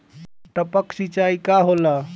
टपक सिंचाई का होला?